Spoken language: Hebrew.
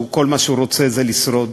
שכל מה שהוא רוצה זה לשרוד.